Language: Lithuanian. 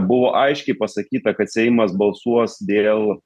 buvo aiškiai pasakyta kad seimas balsuos dėl